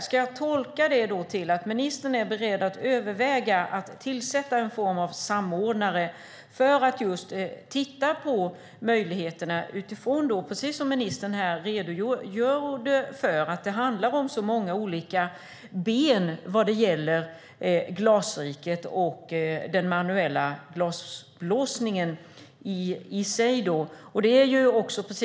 Ska jag tolka det som att ministern är beredd att överväga att tillsätta någon form av samordnare för att titta på möjligheterna utifrån att det, precis som ministern redogjorde för, handlar om så många olika ben vad gäller Glasriket och den manuella glasblåsningen?